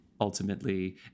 ultimately